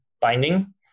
binding